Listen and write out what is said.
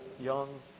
young